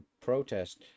protest